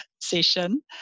session